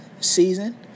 season